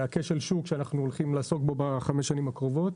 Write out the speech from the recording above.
כשל שוק שאנחנו הולכים לעסוק בו בחמש השנים הקרובות.